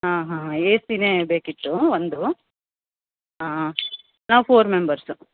ಹಾಂ ಹಾಂ ಎ ಸಿನೇ ಬೇಕಿತ್ತು ಒಂದು ಹಾಂ ಹಾಂ ನಾವು ಫೋರ್ ಮೆಂಬರ್ಸ್